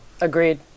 Agreed